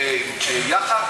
יאח"ה,